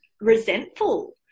resentful